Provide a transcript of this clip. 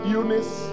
Eunice